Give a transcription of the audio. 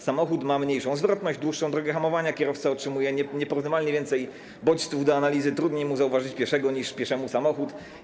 Samochód ma mniejszą zwrotność, dłuższą drogę hamowania, kierowca otrzymuje nieporównywalnie więcej bodźców do analizy, trudniej mu zauważyć pieszego, niż pieszemu zauważyć samochód.